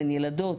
הן ילדות,